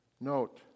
Note